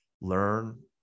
learn